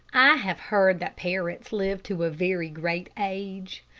i have heard that parrots live to a very great age.